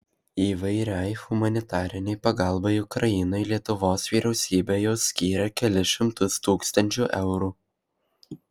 įvairiai humanitarinei pagalbai ukrainai lietuvos vyriausybė jau skyrė kelis šimtus tūkstančių eurų